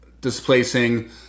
displacing